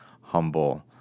humble